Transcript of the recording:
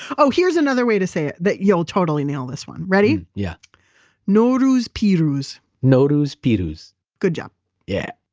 oh, here's another way to say it. that you'll totally nail this one. ready? yeah nowruz pirouz nowruz pirouz good job yeah